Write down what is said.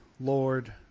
Lord